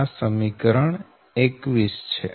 આ સમીકરણ 21 છે